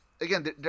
Again